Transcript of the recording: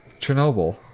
Chernobyl